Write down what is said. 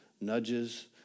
nudges